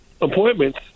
appointments